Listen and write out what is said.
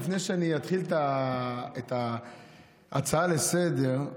לפני שאני אתחיל את ההצעה לסדר-היום,